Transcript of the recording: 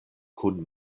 kun